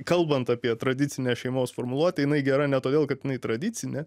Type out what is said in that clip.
kalbant apie tradicinę šeimos formuluotę jinai gera ne todėl kad jinai tradicinė